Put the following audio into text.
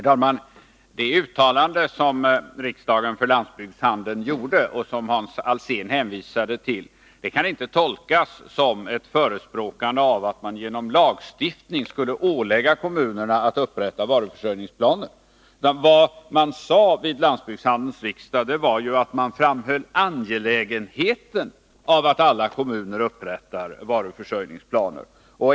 Herr talman! Det uttalande som riksdagen för landsbygdshandeln gjorde och som Hans Alsén hänvisade till kan inte tolkas som ett förespråkande av att man genom lagstiftning skulle ålägga kommunerna att upprätta varuförsörjningsplaner. Vad man sade vid landsbygdshandelns riksdag var ju att man framhöll angelägenheten av att alla kommuner upprättar varuförsörjningsplaner.